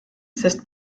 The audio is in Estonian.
sest